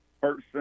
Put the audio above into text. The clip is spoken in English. person